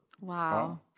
Wow